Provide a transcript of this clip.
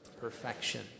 perfection